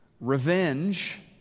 revenge